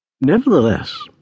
Nevertheless